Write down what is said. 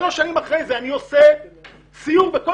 שלוש שנים אחרי זה אני עושה סיור בכל